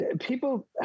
people